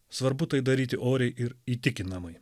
svarbu tai daryti oriai ir įtikinamai